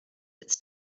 its